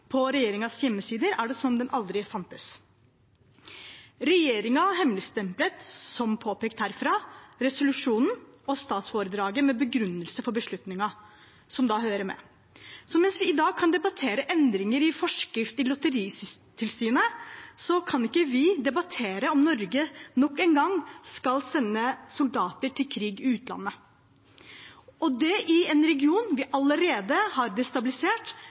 på regjeringens hjemmesider, er det som om den aldri fantes. Regjeringen har hemmeligstemplet, som påpekt herifra, resolusjonen og statsforedraget med begrunnelse for beslutningen, som da hører med. Så mens vi i dag kan debattere endringer i forskrift i Lotteritilsynet, kan vi ikke debattere om Norge nok en gang skal sende soldater i krig i utlandet, og det i en region en allerede har destabilisert